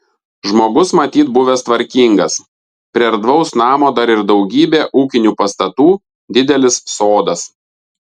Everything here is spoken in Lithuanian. žmogus matyt buvęs tvarkingas prie erdvaus namo dar ir daugybė ūkinių pastatų didelis sodas